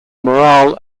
morale